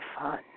fun